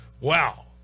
Wow